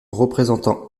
représentant